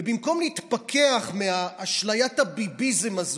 ובמקום להתפכח מאשליית הביביזם הזאת,